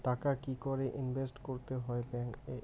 টাকা কি করে ইনভেস্ট করতে হয় ব্যাংক এ?